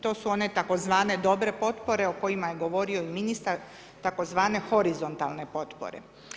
To su one tzv. dobre potpore o kojima je govorio i ministar, tzv. horizontalne potpore.